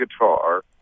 guitar